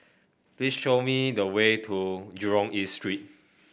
please show me the way to Jurong East Street